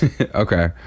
Okay